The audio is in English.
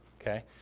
okay